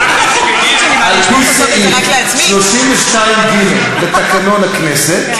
על-פי סעיף 32ג לתקנון הכנסת,